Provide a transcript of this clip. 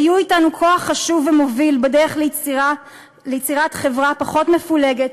היו אתנו כוח חשוב ומוביל בדרך ליצירת חברה פחות מפולגת,